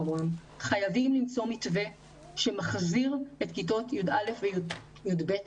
חייבים למצוא מתווה שמחזיר את כיתות י"א ו-י"ב ללימודים.